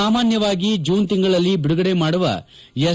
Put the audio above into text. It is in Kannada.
ಸಾಮಾನ್ಥವಾಗಿ ಜೂನ್ ತಿಂಗಳಲ್ಲಿ ಬಿಡುಗಡೆ ಮಾಡುವ ಎಸ್